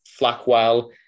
Flackwell